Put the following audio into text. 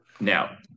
Now